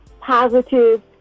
positive